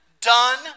done